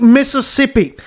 Mississippi